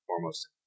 foremost